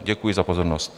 Děkuji za pozornost.